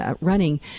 running